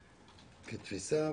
כתפיסה,